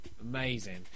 Amazing